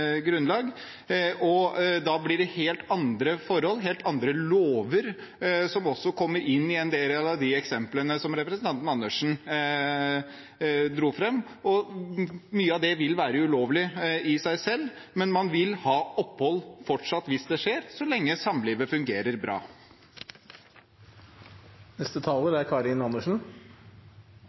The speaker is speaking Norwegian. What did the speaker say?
Da blir det helt andre forhold, helt andre lover, som også kommer inn i en del av de eksemplene som representanten Andersen dro fram. Mye av det vil være ulovlig i seg selv, men man vil fortsatt ha opphold hvis det skjer, så lenge samlivet fungerer bra. Jeg er